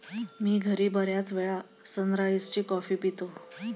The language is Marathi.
मी घरी बर्याचवेळा सनराइज ची कॉफी पितो